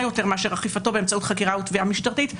יותר מאשר אכיפתו באמצעות חקירה ותביעה משטרתית.